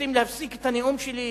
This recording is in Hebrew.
רוצים להפסיק את הנאום שלי.